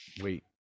Wait